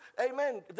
amen